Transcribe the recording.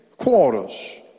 quarters